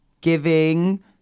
giving